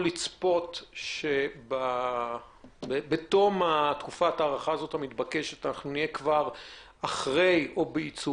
לצפות שבתום תקופת ההארכה המתבקשת אנחנו נהיה כבר בעיצומו